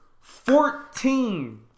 Fourteen